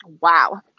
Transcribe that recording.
Wow